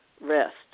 Rest